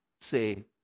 say